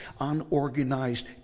unorganized